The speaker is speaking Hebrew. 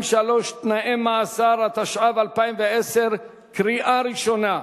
43) (תנאי מאסר), התשע"ב 2012, קריאה ראשונה.